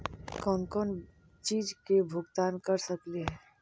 कौन कौन चिज के भुगतान कर सकली हे?